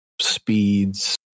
speeds